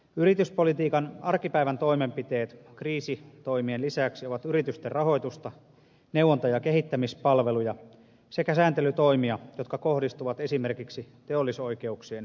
yrityspolitiikan arkipäivän toimenpiteet kriisitoimien lisäksi ovat yritysten rahoitusta neuvonta ja kehittämispalveluja sekä sääntelytoimia jotka kohdistuvat esimerkiksi teollisoikeuksien suojaustoimiin